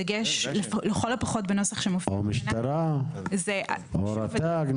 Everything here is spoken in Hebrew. או משטרה או רט"ג.